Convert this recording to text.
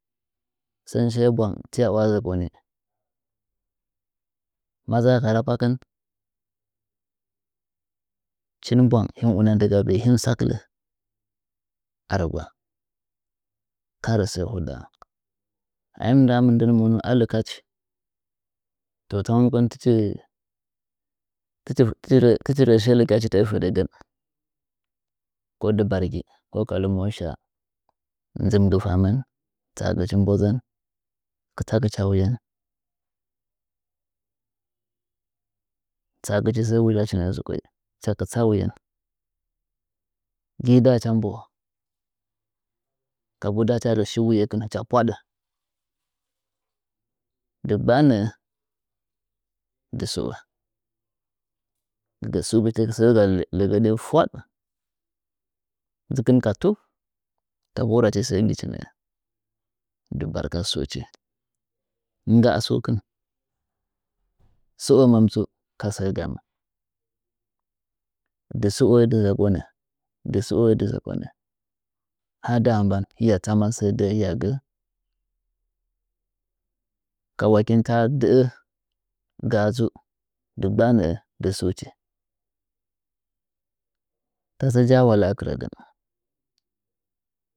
Sɚn shige bwang ti wa zokoni madza ka rapakɨn shih swang him unan dɨga biɨ him sakɨla a rigwa ka rɚ sɚ huɗaa ahim naha mɨndɚn mɨn manu a lɨkachi to tsama monkɨn tɨchi rɚ tɨchi rɚn shiye lɨkya chi tɚɚ fɚdɚgɚn ko dɨbargi koka lɨmo sha zɨmgɨ famɚn tsagɨchi mboɗzɚn kɨtsagɨ cha wuyen, tsahagɨchi sɚ wuzha chi nɚɚ zɨkoi hɨcha kɨtsa wugen gɨi ndacha mboho kabu ndacha rɚ shi wuyekɨn cha pwaɗɚ dɨggba nɚɚi dɨsɨo dɨsɨuchi sɚga legɚɗi fwaɗ dzɨkɨn ka tuf kabu rachi sɚ gichi nɚɚ dɨ barka suchi ngga sukɨn suomɚn tsu kasɚ gamɚm dɨsɨo dɨ zɚkonɚ dɨ sɨo dɨ zɚkonɚ ha nda ɓan hɨya tsama sɚ dɚɚ hɨya gɚ ka wakɨnta dɚɚ ngga tsa dɨggba nɚɚ dɨ suchi tasɚ jawale akɨ rɚgɚn.